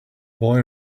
boy